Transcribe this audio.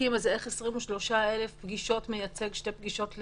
איך 23,000 פגישות מייצגות שתי פגישות?